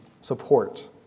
support